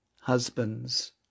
Husbands